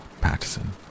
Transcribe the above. Patterson